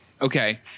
okay